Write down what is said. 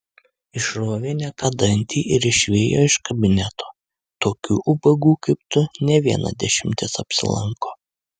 išrovė ne tą dantį ir išvijo iš kabineto tokių ubagų kaip tu ne viena dešimtis apsilanko